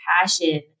passion